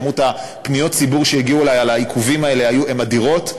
כמות פניות הציבור שהגיעו אלי על העיכובים האלה היא אדירה.